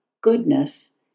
goodness